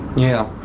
yeah.